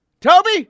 Toby